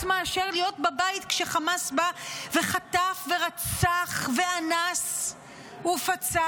מאשר להיות בבית כשחמאס בא וחטף ורצח ואנס ופצע,